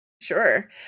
Sure